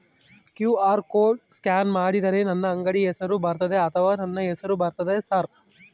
QR code scan ಮಾಡಿದರೆ ನನ್ನ ಅಂಗಡಿ ಹೆಸರು ಬರ್ತದೋ ಅಥವಾ ನನ್ನ ಹೆಸರು ಬರ್ತದ ಸರ್?